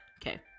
Okay